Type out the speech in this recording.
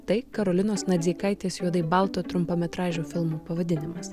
tai karolinos nadzeikaitės juodai balto trumpametražio filmo pavadinimas